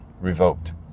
revoked